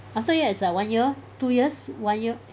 after that is like one year two years one year